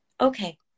okay